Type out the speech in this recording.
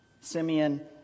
Simeon